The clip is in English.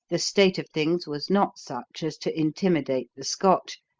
the state of things was not such as to intimidate the scotch,